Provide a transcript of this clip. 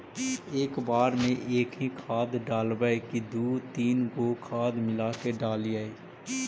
एक बार मे एकही खाद डालबय की दू तीन गो खाद मिला के डालीय?